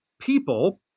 people